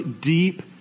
deep